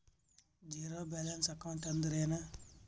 Zero balance account ಅಂದ್ರ ಏನು?